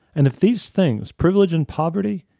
and if these things, privilege and poverty,